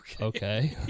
okay